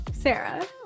Sarah